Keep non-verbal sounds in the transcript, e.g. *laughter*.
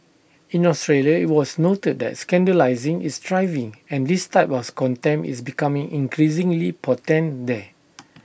in Australia IT was noted that scandalising is thriving and this type *unintelligible* contempt is becoming increasingly potent there